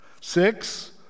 Six